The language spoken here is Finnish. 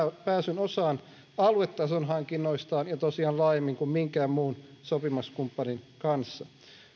pääsyn osaan aluetason hankinnoistaan ja tosiaan laajemmin kuin minkään muun sopimuskumppanin kanssa